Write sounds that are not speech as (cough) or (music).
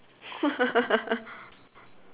(laughs)